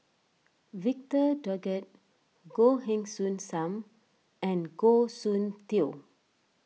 Victor Doggett Goh Heng Soon Sam and Goh Soon Tioe